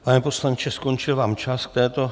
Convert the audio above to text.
Pane poslanče, skončil vám čas k této .